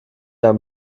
jahr